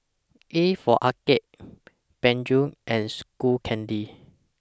A For Arcade Peugeot and Skull Candy